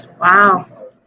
Wow